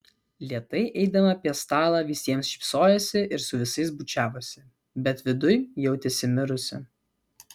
lėtai eidama apie stalą visiems šypsojosi ir su visais bučiavosi bet viduj jautėsi mirusi